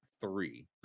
three